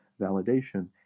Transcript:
validation